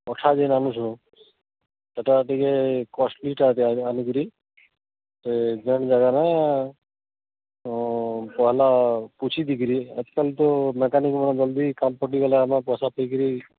ଅଠା ଯେନ୍ ଆଣୁଛୁଁ ସେଇଟା ଟିକେ କଷ୍ଟଲିଟା ଟା ଆନିକିରି ଏ ଯେନ୍ ଜାଗାରେ ପହଲା ପୋଛି ଦେଇକିରି ଆଜିକାଲି ତ ମେକାନିକ୍ ମାନେ ଜଲ୍ଦି କାମ୍ ପଟିଗଲେ ଆମର୍ ପଇସା ପାଇକିରି